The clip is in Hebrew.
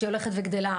שהיא הולכת וגדלה.